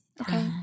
Okay